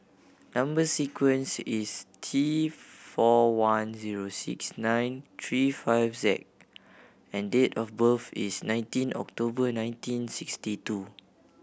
number sequence is T four one zero six nine three five Z and date of birth is nineteen October nineteen sixty two